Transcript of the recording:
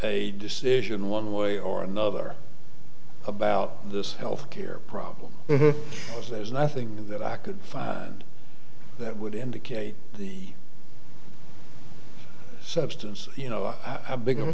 a decision one way or another about this health care problem there's nothing that i could find that would indicate substance you know of a big